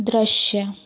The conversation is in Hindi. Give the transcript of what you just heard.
दृश्य